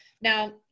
Now